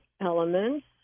elements